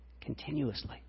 continuously